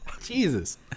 Jesus